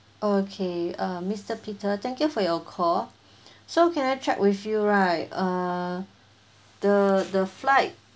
okay uh mister peter thank you for your call so can I check with you right err the the flight